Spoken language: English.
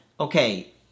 Okay